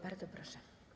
Bardzo proszę.